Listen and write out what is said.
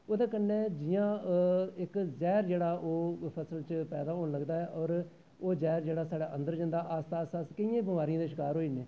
ओह्दे कन्नै जियां इक जैह्र जेह्का फसल च पैदा होन लगदा ऐ और ओह् जैह्क जेह्का साढ़ै अन्दर जंदा अस किन्नियें बमारियें दे शकार होई जन्ने